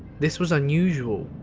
this was unusual,